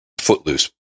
footloose